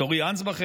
את אורי אנסבכר?